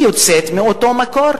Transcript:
היא יוצאת מאותו מקור,